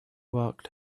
walked